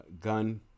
gun